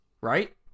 right